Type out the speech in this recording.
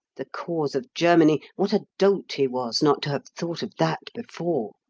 the cause of germany! what a dolt he was not to have thought of that before!